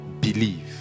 believe